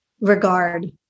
regard